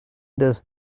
does